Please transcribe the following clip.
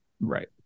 right